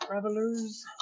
Travelers